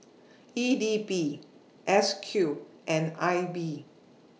E D B S Q and I B